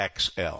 XL